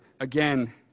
again